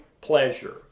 pleasure